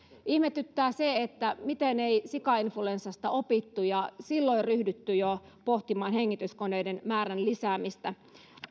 se ihmetyttää miten ei sikainfluenssasta opittu ja jo silloin ryhdytty pohtimaan hengityskoneiden määrän lisäämistä